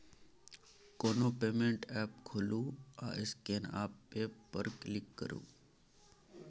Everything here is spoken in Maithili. कोनो पेमेंट एप्प खोलु आ स्कैन आ पे पर क्लिक करु